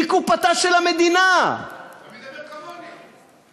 מקופתה של המדינה, אתה מדבר כמוני.